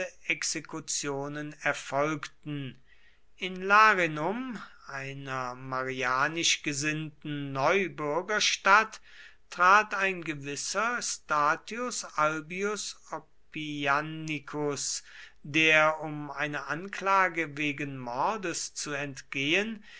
exekutionen erfolgten in larinum einer marianisch gesinnten neubürgerstadt trat ein gewisser statius albius oppianicus der um einer anklage wegen mordes zu entgehen